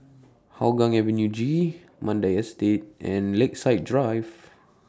Hougang Avenue G Mandai Estate and Lakeside Drive